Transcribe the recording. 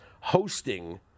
hosting